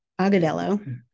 Agadello